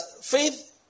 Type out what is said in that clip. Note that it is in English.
faith